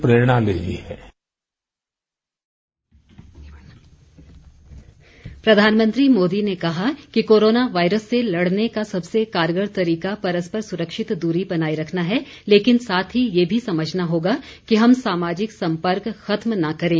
प्रधानमंत्री मोदी ने कहा कि कोरोना वायरस से लड़ने का सबसे कारगर तरीका परस्पर सुरक्षित दूरी बनाए रखना है लेकिन साथ ही ये भी समझना होगा कि हम सामाजिक संपर्क खत्म न करें